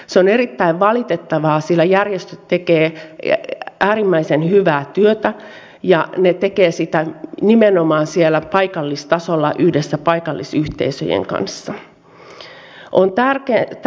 se on erittäin valitettavaa sillä järjestöt tekevät äärimmäisen hyvää työtä ja ne tekevät sitä nimenomaan siellä paikallistasolla yhdessä paikallisyhteisöjen kanssa